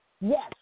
Yes